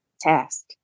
task